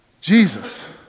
Jesus